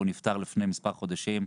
הוא נפטר לפני מספר חודשים.